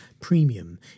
premium